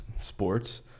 sports